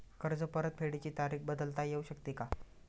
कर्ज परतफेडीची तारीख बदलता येऊ शकते का?